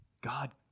God